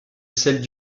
celles